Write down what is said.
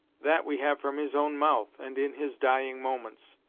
that we had from his own mouth, and in his dying moments.